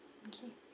okay